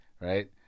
right